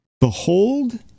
Behold